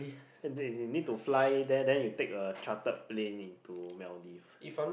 and then it is need to fly there and then you take a charter plane into Maldives